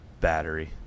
battery